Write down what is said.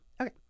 Okay